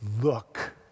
look